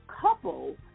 couple